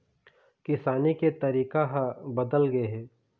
किसानी के तरीका ह बदल गे हे